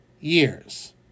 years